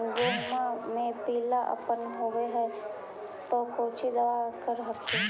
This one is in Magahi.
गोहुमा मे पिला अपन होबै ह तो कौची दबा कर हखिन?